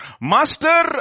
Master